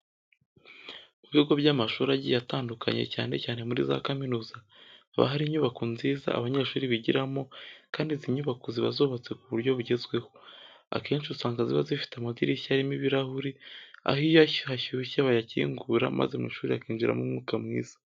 Mu bigo by'amashuri agiye atandukanye cyane cyane muri za kaminuza haba hari inyubako nziza abanyeshuri bigiramo kandi izi nyubako ziba zubatse ku buryo bugezweho. Akenshi usanga ziba zifite amadirishya arimo ibirahuri, aho iyo hashyushye bayakingura maze mu ishuri hakinjiramo umwuka mwiza.